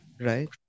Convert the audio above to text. right